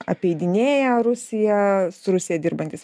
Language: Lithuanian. apeidinėja rusija su rusija dirbantys